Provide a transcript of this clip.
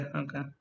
okay